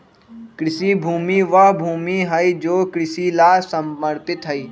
कृषि भूमि वह भूमि हई जो कृषि ला समर्पित हई